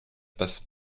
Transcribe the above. passent